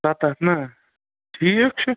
ستتھ نا ٹھیٖک چھُ